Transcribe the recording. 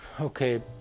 Okay